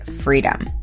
freedom